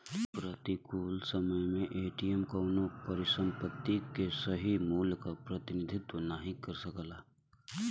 प्रतिकूल समय में एम.टी.एम कउनो परिसंपत्ति के सही मूल्य क प्रतिनिधित्व नाहीं कर सकला